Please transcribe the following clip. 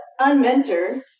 unmentor